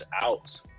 out